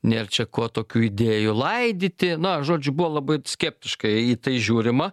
nėr čia ko tokių idėjų laidyti na žodžiu buvo labai skeptiškai į tai žiūrima